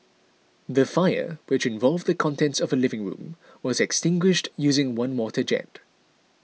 the fire which involved the contents of a living room was extinguished using one water jet